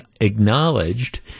acknowledged